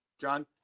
John